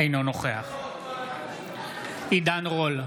אינו נוכח עידן רול,